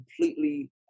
completely